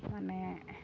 ᱢᱟᱱᱮ